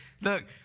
look